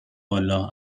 والا